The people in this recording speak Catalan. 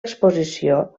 exposició